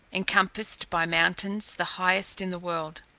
encompassed by mountains the highest in the world.